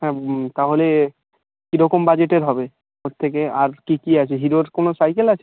হ্যাঁ তাহলে কীরকম বাজেটের হবে ওর থেকে আর কী কী আছে হিরোর কোনো সাইকেল আছে